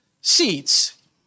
seats